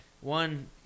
one –